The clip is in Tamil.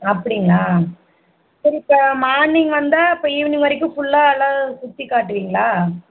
அப்படிங்களா சரி இப்போ மார்னிங் வந்தா அப்போ ஈவினிங் வரைக்கும் ஃபுல்லாக எல்லா சுற்றி காட்டுவிங்களா